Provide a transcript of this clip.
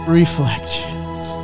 reflections